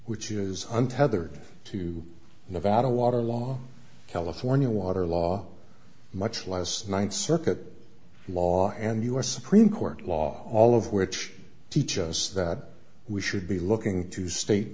which is untethered to nevada water law california water law much less ninth circuit law and us supreme court law all of which teach us that we should be looking to state